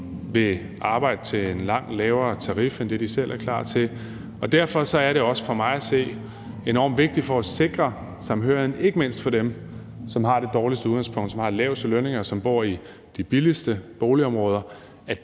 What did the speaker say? vil arbejde til en langt lavere tarif end det, de selv er klar til. Derfor er det også, for mig at se, enormt vigtigt for at sikre samhørigheden, ikke mindst for dem, som har det dårligste udgangspunkt, som har de laveste lønninger, og som bor i de billigste boligområder,